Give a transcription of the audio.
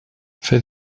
fer